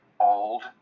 old